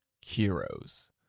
heroes